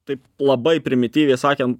taip labai primityviai sakėm